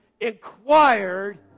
inquired